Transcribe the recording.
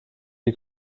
die